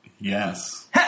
Yes